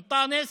אנטאנס: